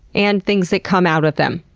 and things that come out of them.